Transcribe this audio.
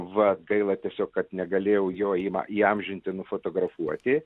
va gaila tiesiog kad negalėjau jo į įamžinti nufotografuoti